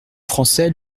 français